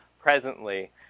presently